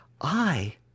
I